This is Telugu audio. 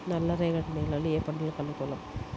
నల్ల రేగడి నేలలు ఏ పంటకు అనుకూలం?